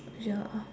ya